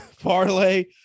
parlay